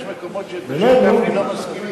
יש מקומות שאת השם גפני לא מזכירים.